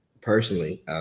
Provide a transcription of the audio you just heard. personally